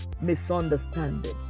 misunderstanding